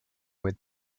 with